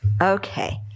Okay